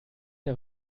der